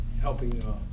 helping